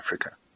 Africa